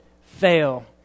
fail